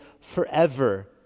forever